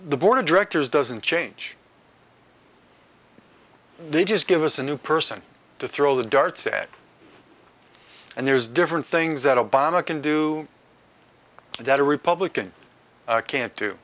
the board of directors doesn't change they just give us a new person to throw the darts at and there's different things that obama can do that a republican can't do